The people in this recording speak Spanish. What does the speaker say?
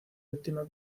víctima